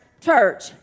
church